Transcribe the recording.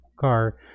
car